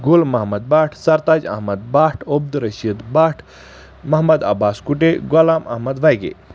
Gul Mohammad Bhat Sartaj Ahmad Bhat Abdul Rashid Bhat Mohammad Abbas Kuday Ghulam Ahmad Wagay